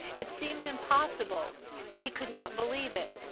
it seemed impossible he could not believe it.